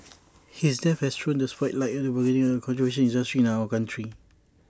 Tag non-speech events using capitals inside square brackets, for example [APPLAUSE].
[NOISE] his death has thrown the spotlight on A burgeoning but controversial industry in our country